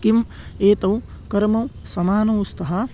किम् एतौ कर्मौ समानौ स्तः